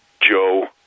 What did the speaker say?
Joe